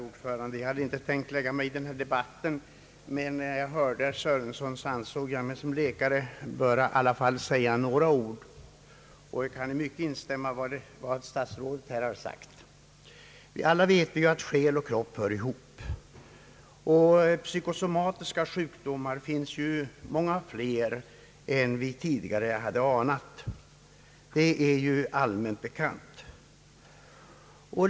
Herr talman! Jag hade inte tänkt lägga mig i denna debatt, men när jag hörde herr Sörenson ansåg jag mig som läkare i alla fall böra säga några ord. Jag kan instämma i mycket av vad statsrådet här har sagt. Alla vet vi att själ och kropp hör ihop. Det finns ju många fler psykosomatiska sjukdomar än vi tidigare hade anat. Detta är allmänt bekant.